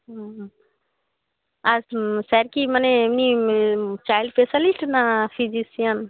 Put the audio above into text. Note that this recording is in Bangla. হুম হুম আর স্যার কি মানে এমনি চাইল্ড স্পেশালিস্ট না ফিজিশিয়ান